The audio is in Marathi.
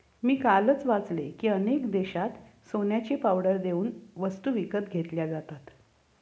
मी कालच वाचले की, अनेक देशांत सोन्याची पावडर देऊन वस्तू विकत घेतल्या जातात